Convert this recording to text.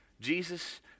Jesus